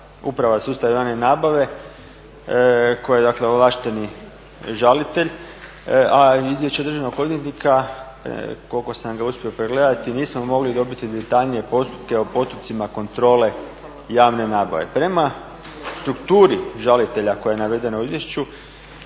Uprava sustava javne nabave koja je ovlašteni žalitelj, a izvješće državnog odvjetnika koliko sam ga uspio pregledati nismo mogli dobiti detaljnije postupke o postupcima kontrole javne nabave. Prema strukturi žalitelja koja je navedena u izvješću